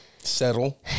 Settle